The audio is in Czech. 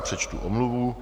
Přečtu omluvu.